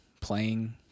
playing